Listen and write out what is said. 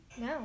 no